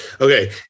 Okay